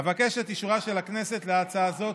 אבקש את אישורה של הכנסת להצעה זו.